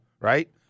Right